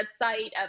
website